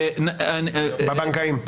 בבנקאים.